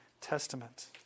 Testament